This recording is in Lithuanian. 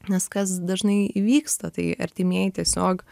nes kas dažnai įvyksta tai artimieji tiesiog